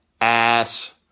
ass